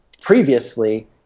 previously